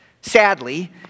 Sadly